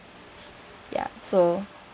ya so